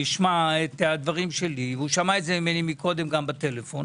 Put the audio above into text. ישמע את הדברים שלי והוא שמע את זה ממני קודם גם בטלפון.